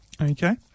Okay